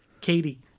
Katie